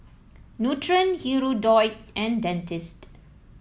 Nutren Hirudoid and Dentiste